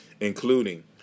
including